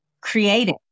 creating